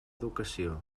educació